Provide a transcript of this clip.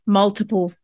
multiple